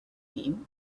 him